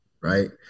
Right